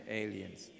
aliens